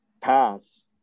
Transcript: paths